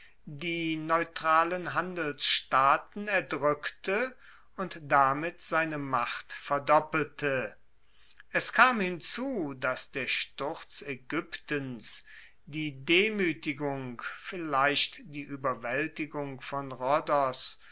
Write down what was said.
die neutralen handelsstaaten erdrueckte und damit seine macht verdoppelte es kam hinzu dass der sturz aegyptens die demuetigung vielleicht die ueberwaeltigung von rhodos